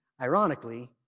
ironically